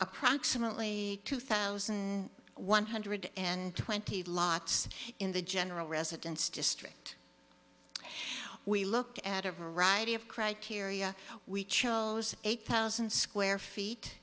approximately two thousand one hundred and twenty lots in the general residence district we looked at a variety of criteria we chose eight thousand square feet